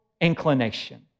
inclination